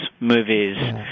movies